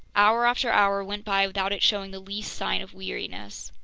hour after hour went by without it showing the least sign of weariness.